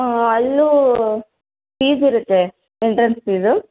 ಅಲ್ಲೂ ಫೀಸ್ ಇರುತ್ತೆ entrance fees